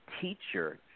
teacher